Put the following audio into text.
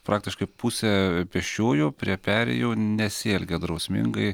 praktiškai pusė pėsčiųjų prie perėjų nesielgia drausmingai